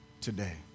today